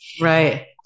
Right